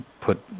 put